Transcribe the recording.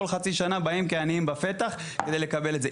כל חצי שנה הם באים כעניים בפתח כדי לקבל את זה.